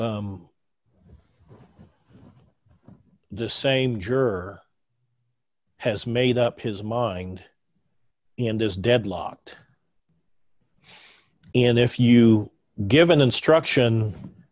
the same juror has made up his mind and is deadlocked and if you give an instruction